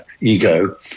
ego